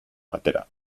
batera